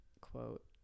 quote